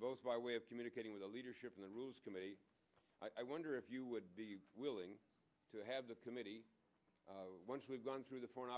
both by way of communicating with the leadership in the rules committee i wonder if you would be willing to have the committee once we've gone through the foreign